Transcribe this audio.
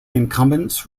incumbents